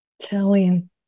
telling